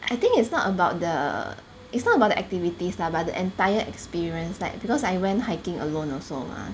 I think it's not about the it's not about the activities lah but the entire experience like because I went hiking alone also mah